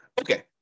Okay